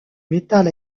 metal